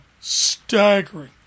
staggering